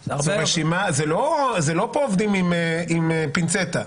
זה לא שעובדים פה עם פינצטה,